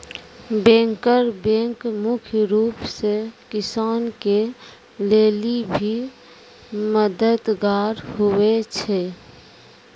banker bank मुख्य रूप से किसान के लेली भी मददगार हुवै छै